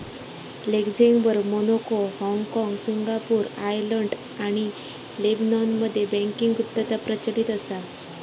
Luxembourg, Monaco, हाँगकाँग, Singapore, Ireland आणि लेबनॉनमध्ये बँकिंग गुप्तता प्रचलित असा